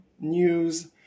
News